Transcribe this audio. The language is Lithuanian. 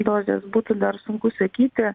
dozės būtų dar sunku sakyti